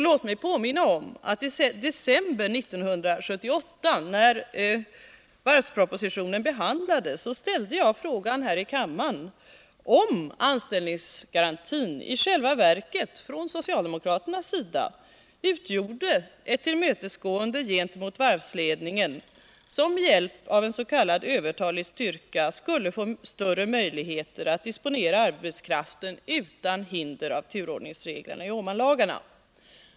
Låt mig påminna om att i december 1978, när varvspropositionen behandlades, ställde jag frågan här i kammaren om anställningsgarantin i själva verket från socialdemokraternas sida utgjorde ett tillmötesgående gentemot varvsledningen, som med hjälp av en s.k. övertalig styrka skulle få större möjligheter att disponera arbetskraften utan hinder av turordningsreglerna i Åmanlagarna.